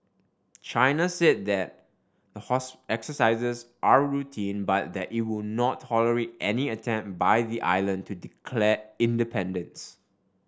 China said that the exercises are routine but that it will not tolerate any attempt by the island to declare independence